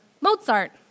Mozart